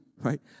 Right